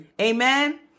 Amen